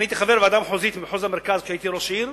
הייתי חבר ועדה מחוזית במחוז המרכז כשהייתי ראש העיר,